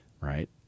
right